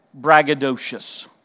braggadocious